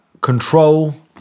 control